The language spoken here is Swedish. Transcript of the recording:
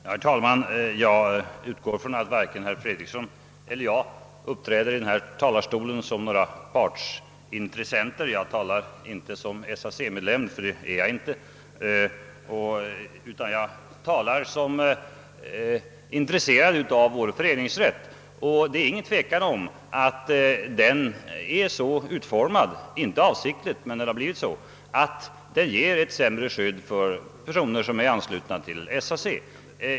Herr talman! Jag utgår ifrån att varken herr Fredriksson eller jag uppträder i denna talarstol som partintressent. Jag talar inte som SAC-medlem — det är jag för övrigt inte — utan bara intresserad av vår föreningsrätt. Det är inget tvivel om att lagen avsiktligt är utformad så, att den ger ett sämre skydd för personer som är anslutna till SAC.